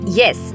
yes